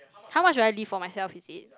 how much will I leave for myself is it